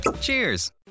Cheers